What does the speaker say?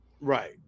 Right